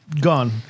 gone